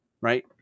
right